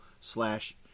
slash